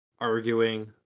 arguing